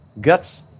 guts